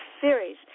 series